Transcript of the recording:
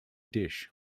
dish